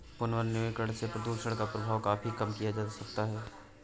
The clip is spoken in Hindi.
पुनर्वनीकरण से प्रदुषण का प्रभाव काफी कम किया जा सकता है